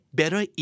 better